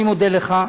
אני מודה לך,